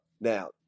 Now